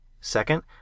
Second